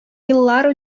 еллар